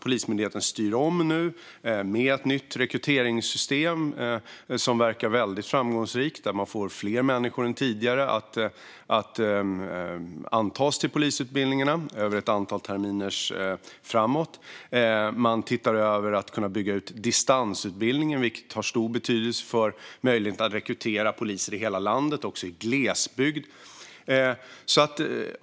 Polismyndigheten styr nu om med ett nytt rekryteringssystem som verkar väldigt framgångsrikt. Man får fler människor än tidigare att antas till polisutbildningarna ett antal terminer framåt. Man tittar över möjligheterna att bygga ut distansutbildningen. Det har stor betydelse för möjligheten att rekrytera poliser i hela landet, även i glesbygd.